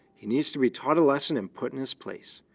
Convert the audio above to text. he needs to be taught a lesson and put in his place.